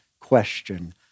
question